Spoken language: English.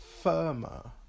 firmer